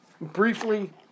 Briefly